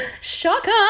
shocker